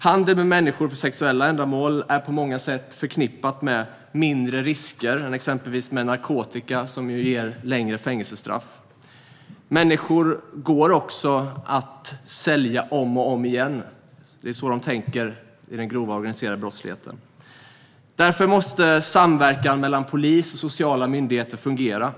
Handel med människor för sexuella ändamål är på många sätt förknippad med mindre risker än till exempel handel med narkotika, som ju ger längre fängelsestraff. Människor kan också säljas om och om igen. Det är så de tänker inom den grova organiserade brottsligheten. Därför måste samverkan mellan polis och sociala myndigheter fungera.